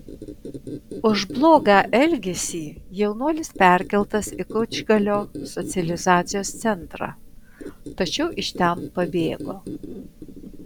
už blogą elgesį jaunuolis perkeltas į kučgalio socializacijos centrą tačiau iš ten pabėgo